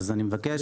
אז אני מבקש לדייק.